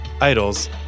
idols